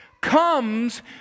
comes